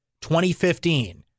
2015